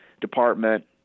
Department